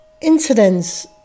incidents